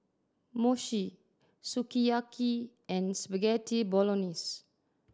Mochi Sukiyaki and Spaghetti Bolognese